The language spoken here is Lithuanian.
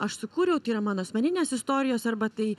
aš sukūriau tai yra mano asmeninės istorijos arba tai